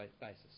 basis